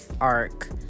arc-